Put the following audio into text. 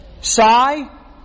Sigh